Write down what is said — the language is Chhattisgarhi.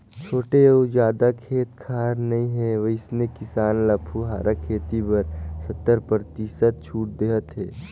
छोटे अउ जादा खेत खार नइ हे वइसने किसान ल फुहारा खेती बर सत्तर परतिसत छूट देहत हे